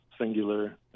singular